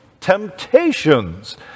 Temptations